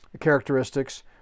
characteristics